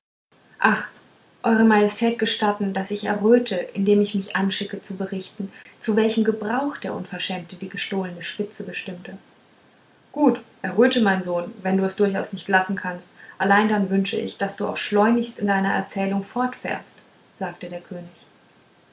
ach eure majestät gestatten daß ich erröte indem ich mich anschicke zu berichten zu welchem gebrauch der unverschämte die gestohlene spitze bestimmte gut erröte mein sohn wenn du es durchaus nicht lassen kannst allein dann wünsche ich daß du auch schleunigst in deiner erzählung fortfährst sagte der könig